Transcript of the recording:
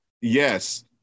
Yes